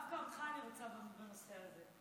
דווקא אותך אני רוצה בנושא הזה.